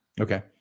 okay